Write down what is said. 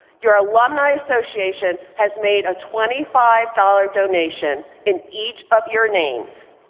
your alumni association has made a twenty five dollars donation in each of your names.